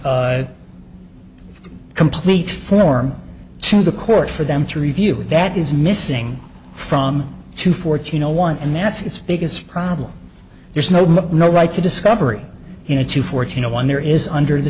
and complete form to the court for them to review it that is missing from two fourteen zero one and that's its biggest problem there's no no right to discovery you know to fourteen no one there is under the